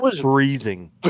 freezing